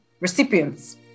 recipients